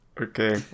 Okay